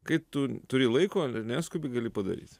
kai tu turi laiko ir neskubi gali padaryt